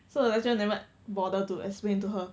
so the lecturer never bother to explain to her